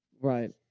right